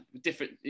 different